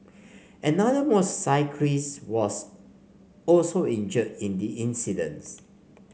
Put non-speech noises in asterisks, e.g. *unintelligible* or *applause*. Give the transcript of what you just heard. another *unintelligible* was also injured in the incidence